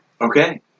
Okay